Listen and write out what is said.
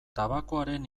tabakoaren